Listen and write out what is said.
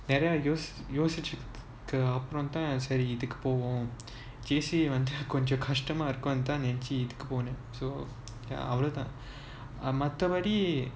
நிறைய யோசிச்சதுக்கு அப்புறம் தான் செரி இதுக்கு போவோம்:niraya yosichathuku appuram thaan seri ithuku povom J_C வந்து கொஞ்சம் கஷ்டமா இருக்கும்னு தான் நினச்சு இதுக்கு போனேன்:vanthu konjam kastamaa irukumnu thaan ninachu ithuku ponen so அவ்ளோ தான் மத்தபடி:avlo thaan mathapadi